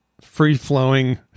free-flowing